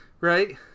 Right